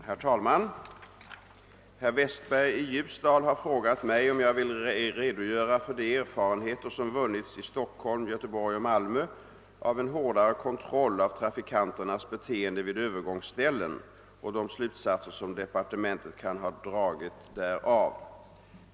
Herr talman! Herr Westberg i Ljusdal har frågat mig, om jag vill redogöra för de erfarenheter som vunnits i Stockholm, Göteborg och Malmö av en hårdare kontroll av trafikanternas beteende vid övergångsställen och de slutsatser som departementet kan ha dragit därav.